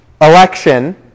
election